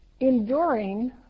enduring